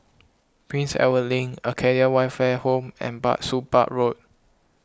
Prince Edward Link Acacia Welfare Home and Bah Soon Bah Road